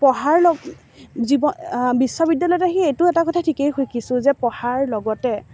পঢ়াৰ লগ জীৱ বিশ্ববিদ্যালয়ত আহি এইটো এটা কথা থিকেই শিকিছোঁ যে পঢ়াৰ লগতে